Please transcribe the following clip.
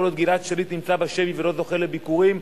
כל עוד גלעד שליט נמצא בשבי ולא זוכה לביקורים,